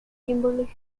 kimberly